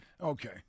Okay